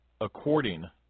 according